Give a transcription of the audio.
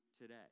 today